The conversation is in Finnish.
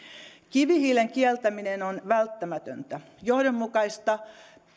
kivihiilen kieltäminen on välttämätöntä johdonmukaista